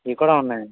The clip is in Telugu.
ఇవి కూడా ఉన్నాయండి